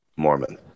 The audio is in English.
mormon